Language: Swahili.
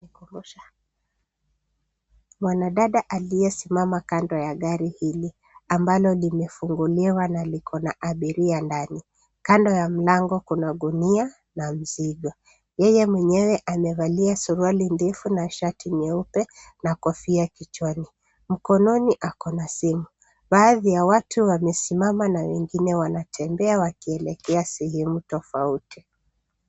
Mwanadada aliesimama kando ya gari hili ambalo limefunguliwa na likona abiria ndani. Kando ya mlango kuna gunia na mzigo. Yeye mwenyewe amevalia suruali ndefu na shati nyeupe na kofia kichwani. Mkononi akona simu. Baadhi ya watu wamesimama na wengine wanatembea wakielekea sehemu tofauti.